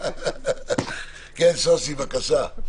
שושי, בבקשה.